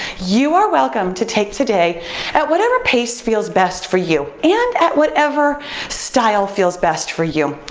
you are welcome to take today at whatever pace feels best for you and at whatever style feels best for you.